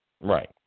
Right